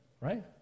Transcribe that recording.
Right